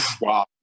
Wow